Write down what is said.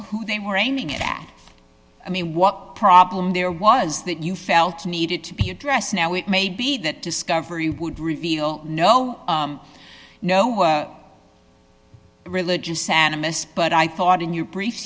who they were aiming at i mean what problem there was that you felt needed to be addressed now it may be that discovery would reveal no no religious animists but i thought in your brief